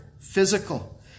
physical